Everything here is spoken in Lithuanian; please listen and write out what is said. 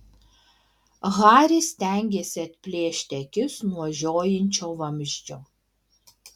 haris stengėsi atplėšti akis nuo žiojinčio vamzdžio